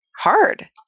hard